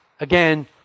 again